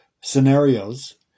scenarios